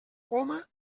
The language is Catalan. coma